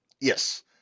Yes